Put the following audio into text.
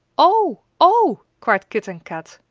oh! oh! cried kit and kat.